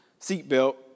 seatbelt